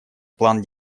план